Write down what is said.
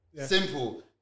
simple